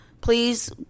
Please